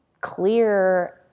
clear